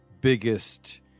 biggest